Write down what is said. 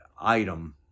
item